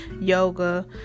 yoga